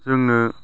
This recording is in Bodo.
जोंनो